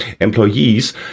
employees